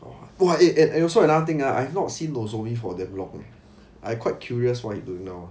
!wah! eh and and also another thing ah I have not seen nozomi for damn long eh I quite curious what he doing now